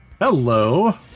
Hello